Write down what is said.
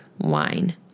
wine